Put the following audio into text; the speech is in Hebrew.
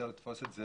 לתפוס את זה